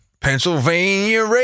Pennsylvania